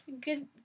good